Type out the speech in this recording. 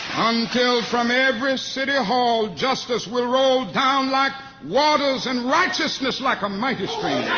until from every city hall, justice will roll down like waters, and righteousness like a mighty stream.